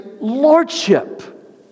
lordship